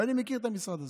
ואני מכיר את המשרד הזה.